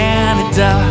Canada